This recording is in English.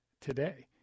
today